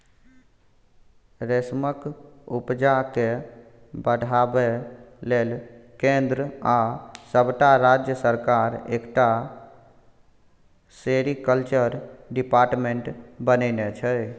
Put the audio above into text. रेशमक उपजा केँ बढ़ाबै लेल केंद्र आ सबटा राज्य सरकार एकटा सेरीकल्चर डिपार्टमेंट बनेने छै